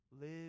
Live